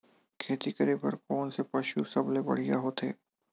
खेती करे बर कोन से पशु सबले बढ़िया होथे?